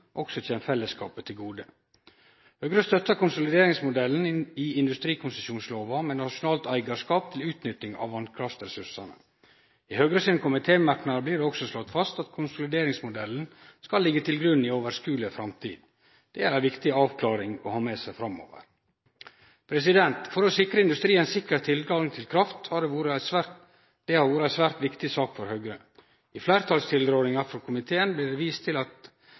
også kjem fellesskapet til gode. Høgre støttar konsolideringsmodellen i industrikonsesjonslova med nasjonalt eigarskap til utnytting av vasskraftressursane. I Høgre sine komitémerknader blir det også slått fast at konsolideringsmodellen skal ligge til grunn i «overskuelig fremtid». Det er ei viktig avklaring å ha med seg framover. Det å sikre industrien sikker tilgang til kraft har vore ei svært viktig sak for Høgre. I fleirtalstilrådinga frå komiteen blir det vist til at